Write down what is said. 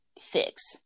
fix